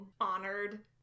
honored